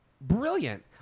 brilliant